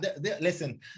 listen